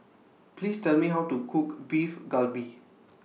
Please Tell Me How to Cook Beef Galbi